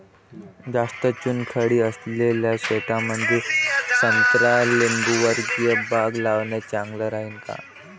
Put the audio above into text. जास्त चुनखडी असलेल्या शेतामंदी संत्रा लिंबूवर्गीय बाग लावणे चांगलं राहिन का?